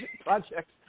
projects